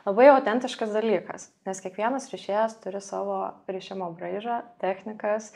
labai autentiškas dalykas nes kiekvienas rišėjas turi savo rišimo braižą technikas